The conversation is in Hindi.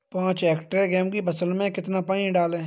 पाँच हेक्टेयर गेहूँ की फसल में कितना पानी डालें?